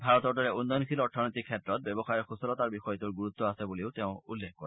ভাৰতৰ দৰে উন্নয়নশীল অৰ্থনীতিৰ ক্ষেত্ৰত ব্যৱসায়ৰ সূচলতাৰ বিষয়টোৰ গুৰুত্ব আছে বুলিও তেওঁ উল্লেখ কৰে